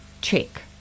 check